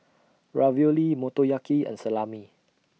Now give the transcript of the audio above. Ravioli Motoyaki and Salami